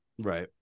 Right